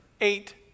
eight